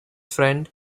friend